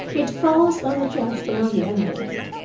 it falls on the just and on the unjust.